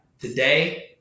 today